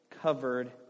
covered